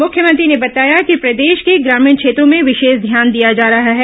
मुख्यमंत्री ने बताया कि प्रदेश के ग्रामीण क्षेत्रों में विशेष ध्यान दिया जा रहा है